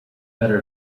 better